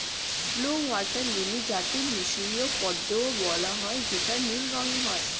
blue water lily যাকে মিসরীয় পদ্মও বলা হয় যেটা নীল রঙের হয়